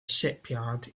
shipyard